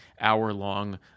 hour-long